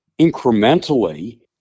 incrementally